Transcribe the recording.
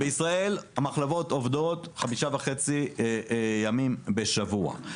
בישראל המחלבות עובדות 5.5 ימים בשבוע.